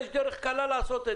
יש דרך קלה לעשות את